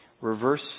reverse